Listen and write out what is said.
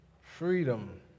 Freedom